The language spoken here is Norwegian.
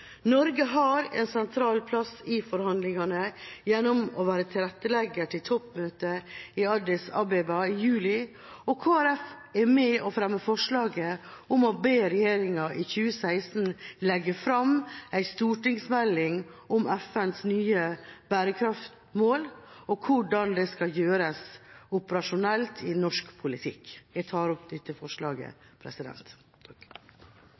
Norge har en sentral plass i forhandlingene gjennom å være tilrettelegger for toppmøtet i Addis Abeba i juli. Kristelig Folkeparti er med på å fremme forslag til vedtak om å be «regjeringen i 2016 legge fram en stortingsmelding om FNs nye bærekraftsmål og om hvordan de skal gjøres operasjonelle i norsk politikk».